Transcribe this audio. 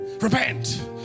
Repent